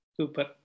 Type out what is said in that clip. Super